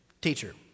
teacher